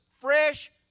fresh